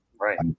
right